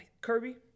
Kirby